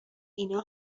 اینا